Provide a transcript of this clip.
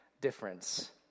difference